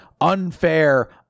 unfair